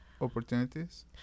opportunities